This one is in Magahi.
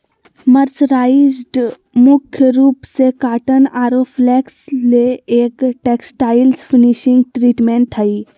मर्सराइज्ड मुख्य रूप से कॉटन आरो फ्लेक्स ले एक टेक्सटाइल्स फिनिशिंग ट्रीटमेंट हई